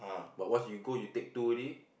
but once you go you take two already